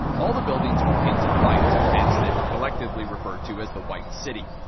all the buildings were painted white hence they were collectively referred to as the white city.